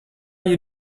you